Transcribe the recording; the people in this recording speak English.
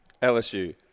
LSU